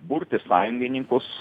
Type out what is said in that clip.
burti sąjungininkus